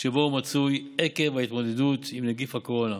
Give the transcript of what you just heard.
שבו הוא מצוי עקב ההתמודדות עם נגיף הקורונה